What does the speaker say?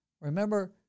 Remember